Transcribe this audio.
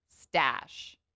Stash